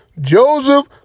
Joseph